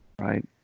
right